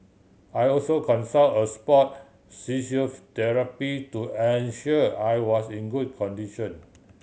I also consult a sport to ensure I was in good condition